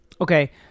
Okay